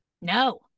No